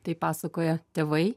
taip pasakoja tėvai